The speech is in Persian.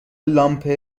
لامپ